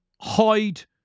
hide